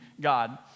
God